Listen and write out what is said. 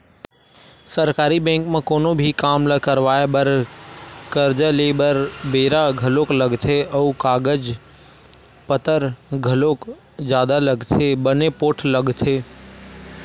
सरकारी बेंक म कोनो भी काम ल करवाय बर, करजा लेय बर बेरा घलोक लगथे अउ कागज पतर घलोक जादा लगथे बने पोठ लगथे